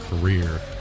career